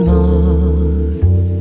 Mars